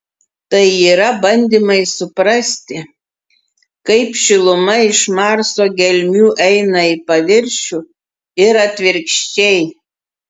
tai yra bandymai suprasti kaip šiluma iš marso gelmių eina į paviršių ir atvirkščiai